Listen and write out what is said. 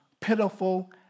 pitiful